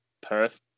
Perth